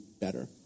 better